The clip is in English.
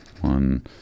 one